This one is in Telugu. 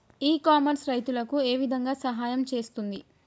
ఇ కామర్స్ రైతులకు ఏ విధంగా సహాయం చేస్తుంది?